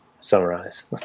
Summarize